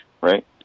right